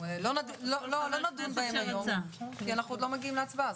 לא נדון בהן היום, כי אנחנו לא מגיעים להצבעה.